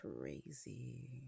crazy